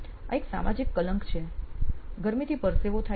આ એક સામાજિક કલંક છે ગરમીથી પરસેવો થાય છે